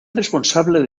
responsable